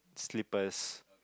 slippers